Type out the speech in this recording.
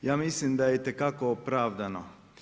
Ja mislim da je itekako opravdano.